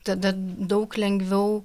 tada daug lengviau